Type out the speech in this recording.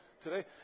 today